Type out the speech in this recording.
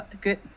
good